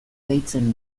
deitzen